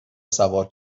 سوار